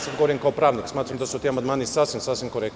Sada govorim kao pravnik, smatram da su ti amandmani sasvim korektni.